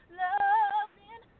loving